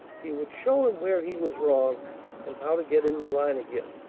he would show him where he was wrong and how to get into line again,